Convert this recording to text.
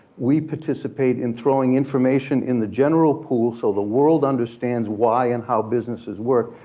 we participate in throwing information in the general pool. so the world understands why and how businesses work.